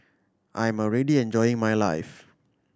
I'm already enjoying my life